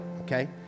okay